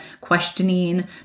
questioning